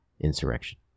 insurrection